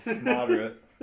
Moderate